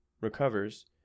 recovers